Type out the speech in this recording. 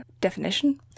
definition